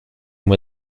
were